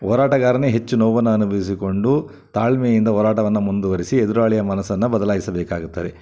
ಹೋರಾಟಗಾರನೇ ಹೆಚ್ಚು ನೋವನ್ನು ಅನುಭವಿಸಿಕೊಂಡು ತಾಳ್ಮೆಯಿಂದ ಹೋರಾಟವನ್ನ ಮುಂದುವರೆಸಿ ಎದುರಾಳಿಯ ಮನಸ್ಸನ್ನು ಬದಲಾಯಿಸಬೇಕಾಗುತ್ತದೆ